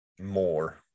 more